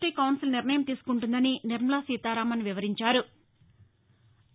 T council నిర్ణయం తీసుకుంటుందని నిర్మలా సీతారామన్ వివరించారు